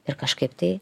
ir kažkaip tai